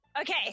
Okay